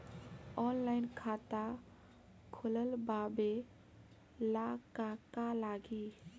Online खाता खोलबाबे ला का का लागि?